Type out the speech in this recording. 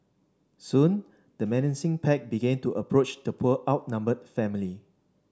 soon the menacing pack began to approach the poor outnumbered family